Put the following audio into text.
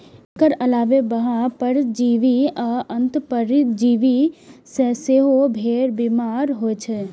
एकर अलावे बाह्य परजीवी आ अंतः परजीवी सं सेहो भेड़ बीमार होइ छै